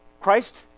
Christ